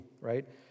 right